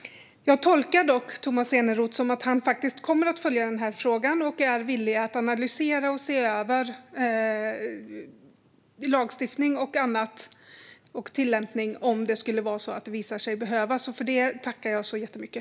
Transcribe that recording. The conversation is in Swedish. Jag tolkar Tomas Eneroth som att han kommer att följa frågan och är villig att analysera och se över lagstiftning och tillämpning om det skulle visa sig behövas. För detta tackar jag så mycket.